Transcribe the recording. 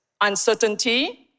uncertainty